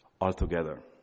altogether